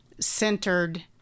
centered